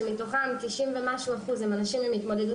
שמתוכם 90% ומשהו הם אנשים עם התמודדות